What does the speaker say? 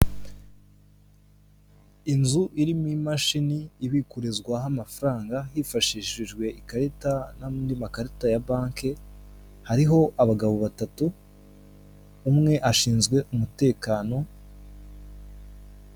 Inzu irimo imashini ibikurizwaho amafaranga hifashishijwe ikarita n'andi makarita ya banki hariho abagabo batatu, umwe ashinzwe umutekano.